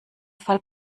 fall